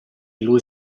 lui